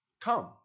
come